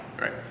Right